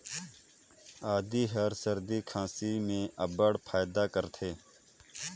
आदी हर सरदी खांसी में अब्बड़ फएदा करथे